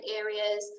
areas